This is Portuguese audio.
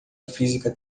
física